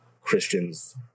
Christians